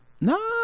No